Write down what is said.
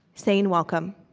saying, welcome.